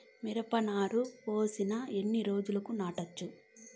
మిరప నారు పోసిన ఎన్ని రోజులకు నాటచ్చు?